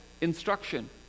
instruction